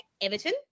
Everton